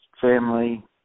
family